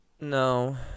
No